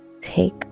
take